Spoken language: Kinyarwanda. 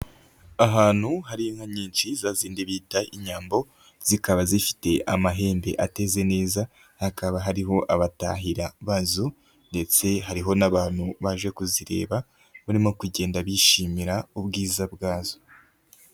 Ahantu hari inka nyinshi zazindi bita inyambo, zikaba zifite amahembe ateze neza, hakaba hariho abatahira bazo ndetse hariho n'abantu baje kuzireba, barimo kugenda bishimira ubwiza bwazo.